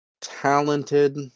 talented